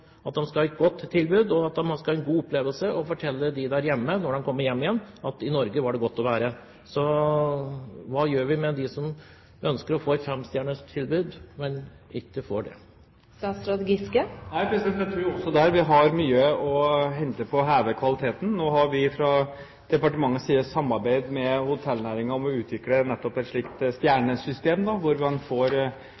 at de får en god opplevelse og forteller dem der hjemme når de kommer hjem igjen, at i Norge var det godt å være. Hva gjør vi med dem som ønsker å få et femstjerners tilbud, men ikke får det? Jeg tror også at vi der har mye å hente på å heve kvaliteten. Nå har vi fra departementets side samarbeidet med hotellnæringen om å utvikle nettopp et slikt